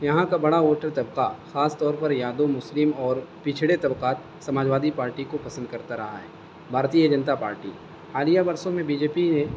یہاں کا بڑا ووٹر طبقہ خاص طور پر یادوں مسلم اور پچھڑے طبقات سماجوادی پارٹی کو پسند کرتا رہا ہے بھارتیہ جنتا پارٹی حالیہ برسوں میں بی جے پی ہے